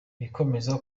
bikomeza